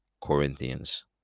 Corinthians